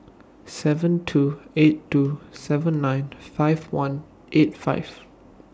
seven two eight two seven nine five one eight five